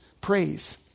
praise